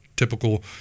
typical